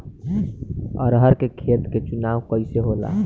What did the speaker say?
अरहर के खेत के चुनाव कइसे होला?